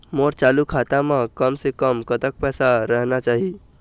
मोर चालू खाता म कम से कम कतक पैसा रहना चाही?